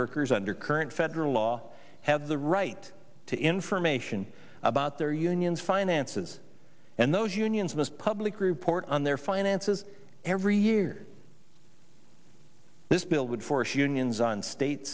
workers under current federal law have the right to information about their unions finances and those unions in this public report on their finances every year this bill would force unions on states